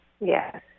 Yes